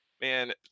man